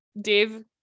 Dave